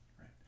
right